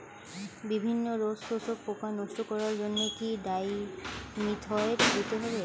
বিভিন্ন রস শোষক পোকা নষ্ট করার জন্য কি ডাইমিথোয়েট দিতে পারি?